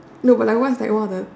no but like what was one of the